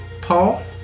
Paul